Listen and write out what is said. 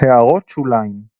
הערות שוליים ==